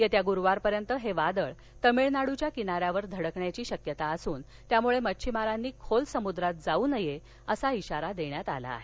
येत्या गुरूवारपर्यंत हे वादळ तामिळनाड्रच्या किनाऱ्यावर धडकण्याची शक्यता असून त्यामुळं माच्छिमारांनी खोल समुद्रात जाऊ नये अस इशारा देण्यात आला आहे